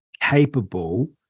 capable